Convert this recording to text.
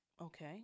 okay